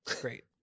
Great